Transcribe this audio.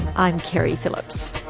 i'm keri phillips